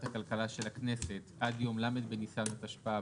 הכלכלה של הכנסת עד יום ל' בניסן התשפ"ב,